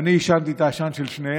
ואני עישנתי את העשן של שניהם,